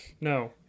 No